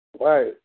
Right